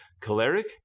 Choleric